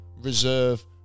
reserve